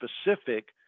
specific